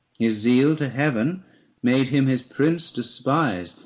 his zeal to heaven made him his prince despise,